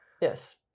yes